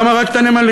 למה רק את הנמלים?